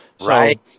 Right